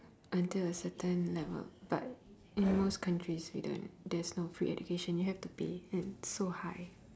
until a certain level but in most countries you don't there's no free education you have to pay and so high